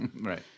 Right